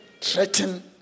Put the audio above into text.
threaten